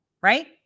right